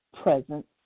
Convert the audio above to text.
presence